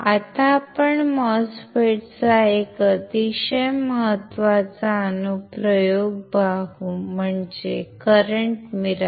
आता आपण MOSFET चा एक अतिशय महत्वाचा अनुप्रयोग पाहू म्हणजे करंट मिरर